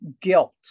guilt